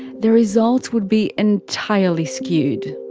the results would be entirely skewed.